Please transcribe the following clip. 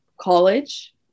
college